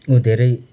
उ धेरै